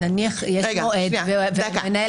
נניח שיש מועד, ומנהל